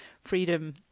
freedom